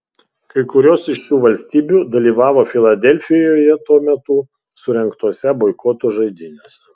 kai kurios iš šių valstybių dalyvavo filadelfijoje tuo metu surengtose boikoto žaidynėse